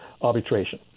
arbitration